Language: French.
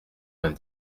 vingt